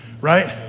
Right